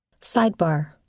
Sidebar